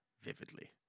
vividly